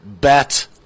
bet